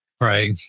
Right